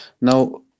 Now